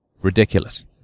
ridiculous